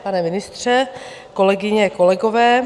Pane ministře, kolegyně, kolegové.